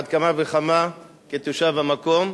על אחת כמה וכמה כתושב המקום.